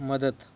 मदत